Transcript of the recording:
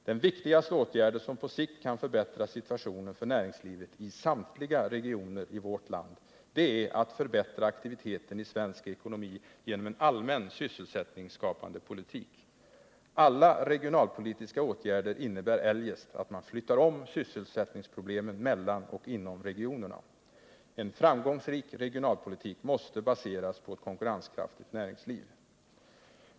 Den viktigaste åtgärden, som på sikt kan förbättra situationen för näringslivet i samtliga regioner i vårt land, är att förbättra aktiviteten i svensk ekonomi genom en allmän sysselsättningsskapande politik. Alla regionalpolitiska åtgärder innebär eljest att man flyttar om sysselsättningsproblemen mellan och inom regionerna. En framgångsrik regionalpolitik måste baseras på ett konkurrenskraftigt näringsliv.